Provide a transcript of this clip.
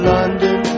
London